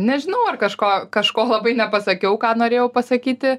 nežinau ar kažko kažko labai nepasakiau ką norėjau pasakyti